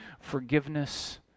forgiveness